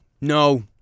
no